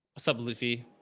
what's up, luffie?